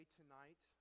tonight